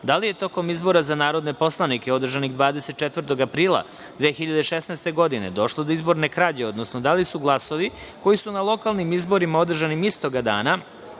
da li je tokom izbora za narodne poslanike, održanih 24. aprila 2016. godine, došlo do izborne krađe, odnosno da li su glasovi koji su na lokalnim izborima, održanim istoga dana,